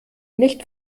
nicht